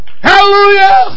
Hallelujah